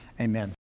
Amen